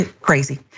crazy